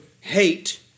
hate